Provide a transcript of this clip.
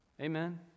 Amen